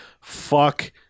Fuck